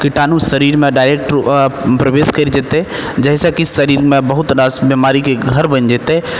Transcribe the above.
कीटाणु शरीरमे डायरेक्ट प्रवेश करि जेतै जाहिसँ कि शरीरमे बहुत रास बीमारीके घर बनि जेतै